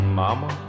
mama